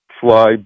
fly